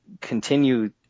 continue